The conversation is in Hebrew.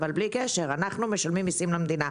אבל בלי קשר אנחנו משלמים מיסים למדינה,